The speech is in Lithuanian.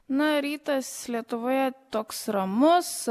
na rytas lietuvoje toks ramus